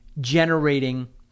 generating